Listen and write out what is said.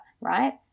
right